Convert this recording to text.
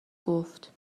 گفت